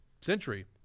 century